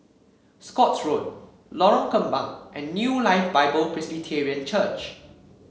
Scotts Road Lorong Kembang and New Life Bible Presbyterian Church